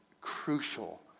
crucial